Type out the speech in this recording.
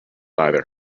either